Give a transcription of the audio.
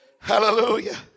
hallelujah